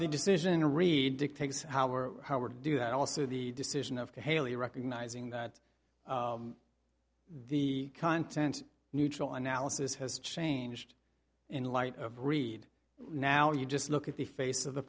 decision to read dictate how we're how we're do that also the decision of caylee recognizing that the content neutral analysis has changed in light of read now you just look at the face of the